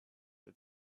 has